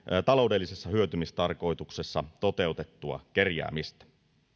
taloudellisessa hyötymistarkoituksessa toteutettua kerjäämistä